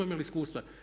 imali iskustva.